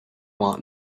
want